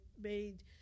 made